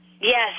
Yes